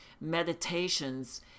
meditations